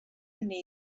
hynny